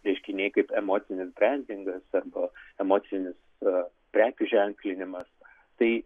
reiškiniai kaip emocinis brendingas arba emocinis prekių ženklinimas tai